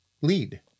lead